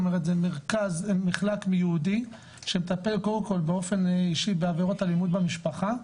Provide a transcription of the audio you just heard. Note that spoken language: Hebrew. כלומר זה מחלק ייעודי שמטפל קודם כל באופן האישי בעבירות אלימות במשפחה,